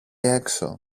έξω